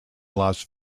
las